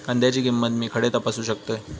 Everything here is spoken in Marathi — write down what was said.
कांद्याची किंमत मी खडे तपासू शकतय?